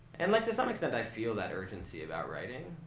and like to some extent, i feel that urgency about writing,